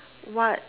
what